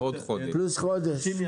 המספר?